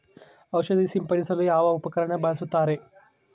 ಔಷಧಿ ಸಿಂಪಡಿಸಲು ಯಾವ ಉಪಕರಣ ಬಳಸುತ್ತಾರೆ?